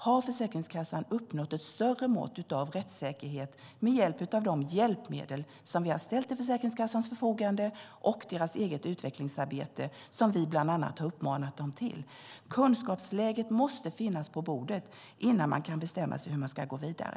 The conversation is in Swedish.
Har Försäkringskassan uppnått ett större mått av rättssäkerhet med hjälp av de hjälpmedel vi har ställt till Försäkringskassans förfogande och deras eget utvecklingsarbete som vi bland annat har uppmanat dem till? Kunskapsläget måste finnas på bordet innan man kan bestämma sig för hur man ska gå vidare.